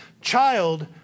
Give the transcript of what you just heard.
child